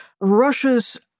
Russia's